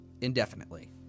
indefinitely